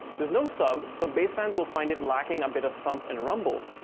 there's no sub, so bass fans will find it lacking a bit of thump and rumble,